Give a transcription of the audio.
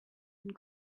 and